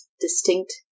distinct